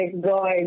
god